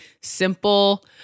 simple